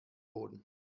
boden